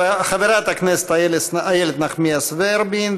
חברת הכנסת איילת נחמיאס ורבין,